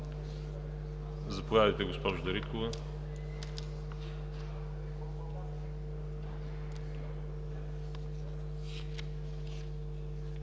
Заповядайте, госпожо Дариткова.